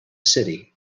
city